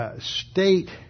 state